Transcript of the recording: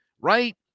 right